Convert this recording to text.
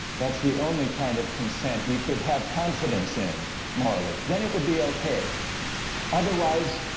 that's the only kind of consent we could have confidence in morally, then it would be okay otherwise